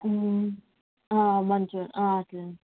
మంచిగా ఉంది అట్లనే